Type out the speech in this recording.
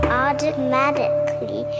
automatically